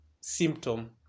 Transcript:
symptom